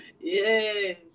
Yes